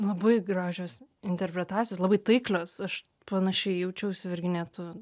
labai gražios interpretacijos labai taiklios aš panašiai jaučiausi virginija tu